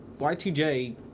Y2J